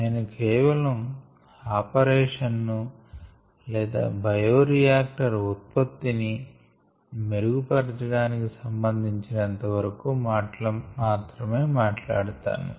నేను కేవలం ఆపరేషన్ ను లేదా బయోరియాక్టర్ ఉత్పత్తిని మెరుగు పరచడానికి సంబంధించినంత వరకు మాత్రమే మాట్లాడతాను